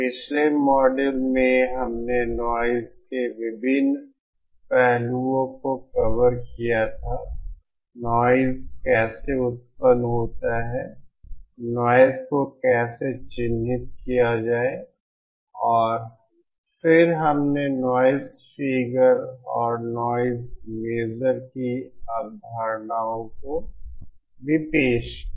पिछले मॉड्यूल में हमने नॉइज़ के विभिन्न पहलुओं को कवर किया था नॉइज़ कैसे उत्पन्न होता है नॉइज़ को कैसे चिह्नित किया जाए और फिर हमने नॉइज़ फिगर और नॉइज़ मेजर की अवधारणा को भी पेश किया